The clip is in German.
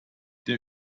der